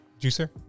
Juicer